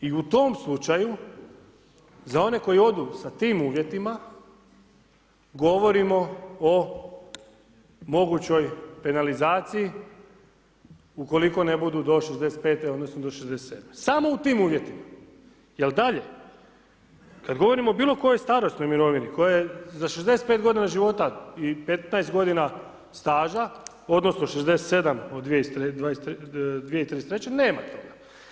I u tom slučaju za one koji odu sa tim uvjetima, govorimo o mogućoj penalizaciji ukoliko ne budu do 65-te odnosno do 67-me, samo u tim uvjetima, jel' dalje kad govorimo o bilo kojoj starosnoj mirovini koja je za 65 godina života i 15 godina staža, odnosno 67 od 2033., nema toga.